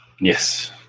Yes